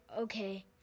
okay